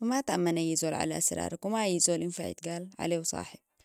وما تأمن أي زول على سرارك وما أي زول ينفع يتقال عليه صاحب